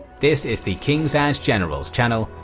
this is the kings and generals channel,